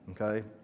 okay